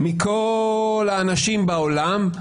מכל האנשים בעולם,